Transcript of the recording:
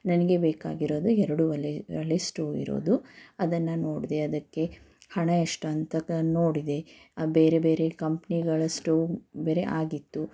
ನನಗೆ ಬೇಕಾಗಿರೋದು ಎರಡು ಒಲೆ ಒಲೆ ಸ್ಟೋವ್ ಇರೋದು ಅದನ್ನು ನೋಡಿದೆ ಅದಕ್ಕೆ ಹಣ ಎಷ್ಟಂತಕ್ಕೆ ನೋಡಿದೆ ಬೇರೆ ಬೇರೆ ಕಂಪ್ನಿಗಳ ಸ್ಟೋವ್ ಬೇರೆ ಆಗಿತ್ತು